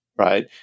right